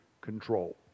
control